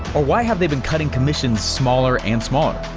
or why have they been cutting commissions smaller and smaller?